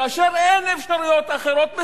כאשר אין אפשרויות אחרות,